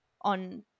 on